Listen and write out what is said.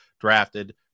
drafted